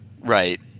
right